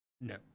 No